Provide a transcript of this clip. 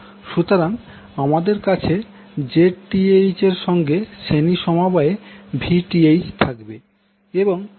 সুতরাং আমাদের কাছে Zth এর সঙ্গে শ্রেণী সমবায়ে Vth থাকবে